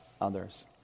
others